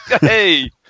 Hey